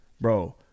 bro